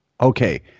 Okay